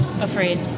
Afraid